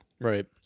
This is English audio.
right